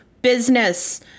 Business